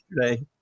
yesterday